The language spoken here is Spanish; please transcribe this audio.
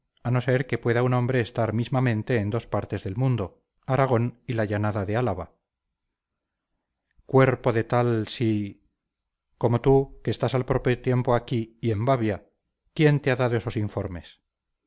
a no ser que pueda un hombre estar mismamente en dos partes del mundo aragón y la llanada de álava cuerpo de tal sí como tú que estás al propio tiempo aquí y en babia quién te ha dado esos informes